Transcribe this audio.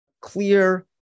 clear